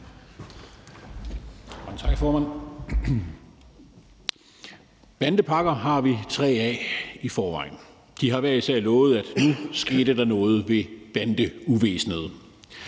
Tak, formand. Bandepakker har vi tre af i forvejen. De har hver især lovet, at nu skete der noget ved bandeuvæsenet.